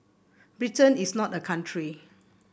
Britain is not a country